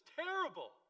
terrible